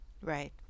Right